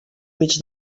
mig